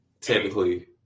technically